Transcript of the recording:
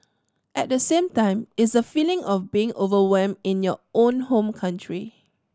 at the same time it's the feeling of being overwhelmed in your own home country